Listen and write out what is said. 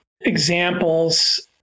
examples